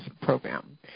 program